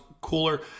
cooler